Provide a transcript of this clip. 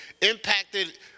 impacted